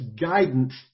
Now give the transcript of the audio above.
guidance